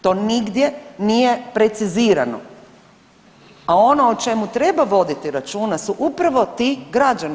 To nigdje nije precizirano, a ono o čemu treba voditi računa su upravo ti građani.